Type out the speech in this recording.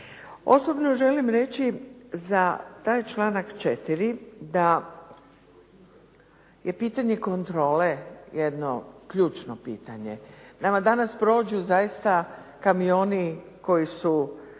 Osobno želim reći za taj članak 4. da je pitanje kontrole jedno ključno pitanje. Nama danas prođu zaista kamioni koji sadrže